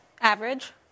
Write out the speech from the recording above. average